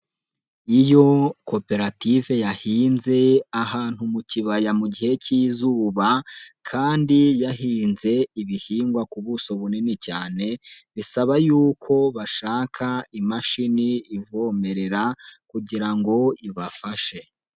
Iyo koperative yahinze ahantu mu kibaya mu gihe cy'izuba kandi yahinze ibihingwa ku buso bunini cyane, bisaba yuko bashaka imashini ivomerera kugira ngo ibafashe.